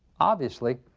obviously,